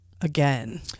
again